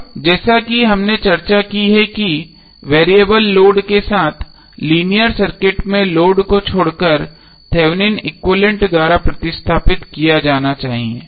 अब जैसा कि हमने चर्चा की है कि वेरिएबल लोड के साथ लीनियर सर्किट में लोड को छोड़कर थेवेनिन एक्विवैलेन्ट द्वारा प्रतिस्थापित किया जा सकता है